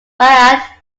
act